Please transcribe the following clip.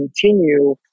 continue